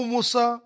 Musa